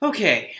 Okay